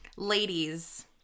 Ladies